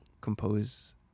compose